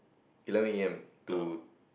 eleven A_M to